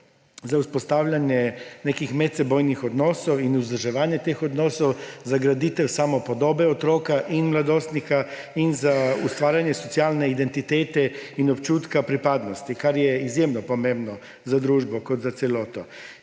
za vzpostavljanje nekih medsebojnih odnosov in vzdrževanje teh odnosov, za graditev samopodobe otroka in mladostnika in za ustvarjanje socialne identitete in občutka pripadnosti, kar je izjemno pomembno za družbo kot za celoto.